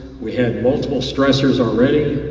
we had multiple stressors already,